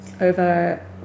over